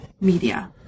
media